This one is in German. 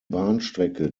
bahnstrecke